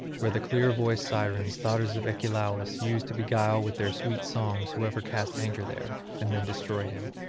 where the clear-voiced sirens, daughters of achelous, used to beguile with their sweet songs whoever cast anchor there, and then destroy him.